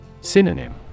Synonym